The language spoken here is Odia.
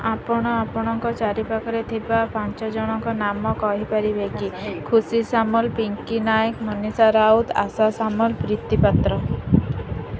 ଆପଣ ଆପଣଙ୍କ ଚାରିପାଖରେ ଥିବା ପାଞ୍ଚ ଜଣଙ୍କ ନାମ କହିପାରିବେ କି ଖୁସି ସାମଲ ପିଙ୍କି ନାୟକ ମନିଷା ରାଉତ ଆଶା ସାମଲ ପ୍ରୀତି ପାତ୍ର